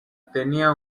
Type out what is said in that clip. tenía